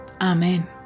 Amen